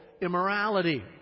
immorality